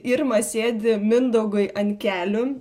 irma sėdi mindaugui an kelių